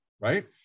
Right